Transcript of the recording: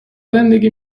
زندگی